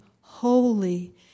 Holy